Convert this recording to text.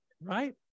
right